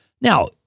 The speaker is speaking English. Now